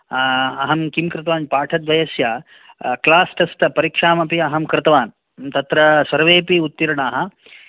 अहं किं कृतवान् पाठद्वयस्य क्लास् टेस्ट् परीक्षाम् अपि अहं कृतवान् तत्र सर्वे अपि उत्तीर्णाः